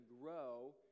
grow